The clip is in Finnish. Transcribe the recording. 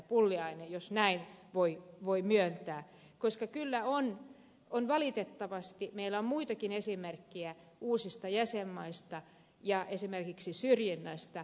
pulliainen jos näin voi myöntää koska kyllä valitettavasti meillä on muitakin esimerkkejä uusista jäsenmaista ja esimerkiksi syrjinnästä